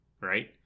right